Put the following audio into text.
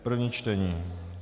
První čtení.